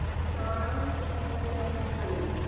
charles a. bandru,